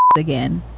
but again,